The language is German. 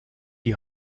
die